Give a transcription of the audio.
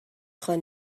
خانم